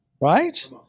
right